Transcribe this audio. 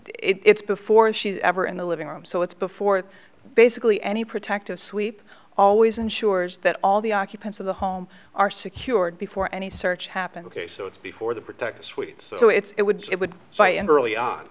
it's before she ever in the living room so it's before basically any protective sweep always ensures that all the occupants of the home are secured before any search happened so it's before the protective suite so it's it would it would so i and really